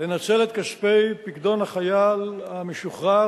לנצל את כספי פיקדון החייל המשוחרר